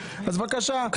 אז בבקשה,